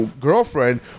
girlfriend